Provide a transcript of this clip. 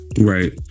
Right